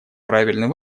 правильный